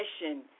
mission